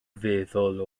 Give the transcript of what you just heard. feddwl